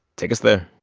take us there